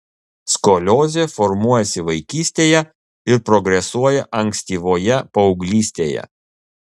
skoliozė formuojasi vaikystėje ir progresuoja ankstyvoje paauglystėje